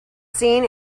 seen